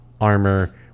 armor